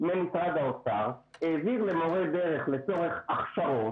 ממשרד האוצר, העביר למורי דרך לצורך הכשרות.